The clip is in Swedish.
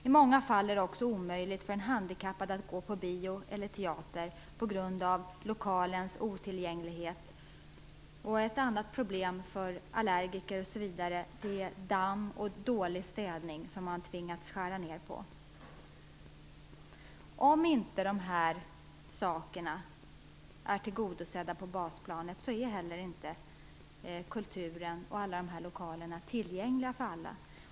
I många fall är det också omöjligt för en handikappad att gå på bio eller teater på grund av lokalens otillgänglighet. Ett annat problem för allergiker är damm och dålig städning, eftersom man tvingats att skära ned på sådant. Om inte dessa behov blir tillgodosedda på basplanet blir inte heller kulturen och alla lokaler tillgängliga för alla.